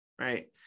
right